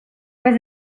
was